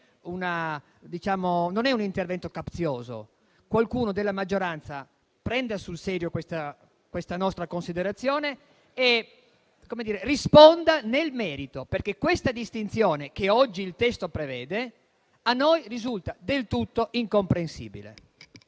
non un intervento capzioso. Qualcuno della maggioranza prenda sul serio questa nostra considerazione e risponda nel merito. Questa distinzione che oggi il testo prevede a noi risulta del tutto incomprensibile.